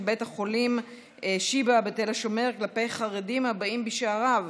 בית החולים שיבא בתל השומר כלפי חרדים הבאים בשעריו,